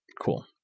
cool